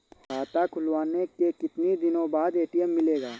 खाता खुलवाने के कितनी दिनो बाद ए.टी.एम मिलेगा?